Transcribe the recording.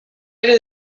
era